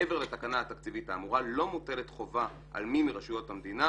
מעבר לתקנה התקציבית האמורה לא מוטלת חובה על מי מרשויות המדינה,